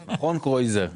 נכון, קרויזר?